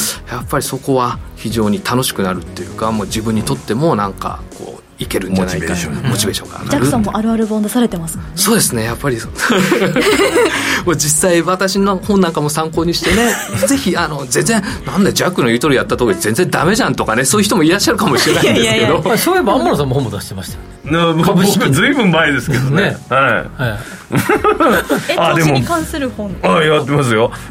やっぱりそこは非常に楽しくなるっていうか、もう自分にとってもなんかこういけるんじゃないかな、モチベーションに。うん、モチベーションが上がるっていう。ジャックさんもあるある本出されてますもんね。そうですね、やっぱりそう。 もう実際私の本なんかも参考にしてね、 ぜひ、あの、全然、「なんだよ、ジャックの言うとおりやったとこで全然ダメじゃん」とかね、そういう人もいらっしゃるかもしれないんですけど。 いやいやいや。 あ、そういえば天野さんも本も出してましたよね。僕、株式に。ずいぶん前ですけどね。ね。はい。 はい。え、あ、でも、 投資に関する本。 あ、やってますよ。